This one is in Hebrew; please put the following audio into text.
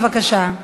בבקשה.